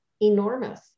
enormous